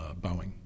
Boeing